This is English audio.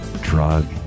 drug